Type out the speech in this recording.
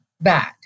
bad